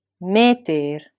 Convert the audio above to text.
meter